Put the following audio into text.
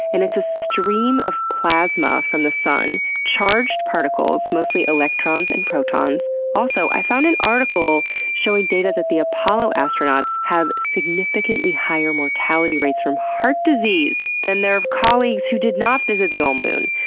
and it's a stream of plasma from the sun, charged particles, mostly electrons and protons. also, i found an article showing data that the apollo astronauts have significantly higher mortality rates from heart disease than their colleagues who did not visit the ol' moon!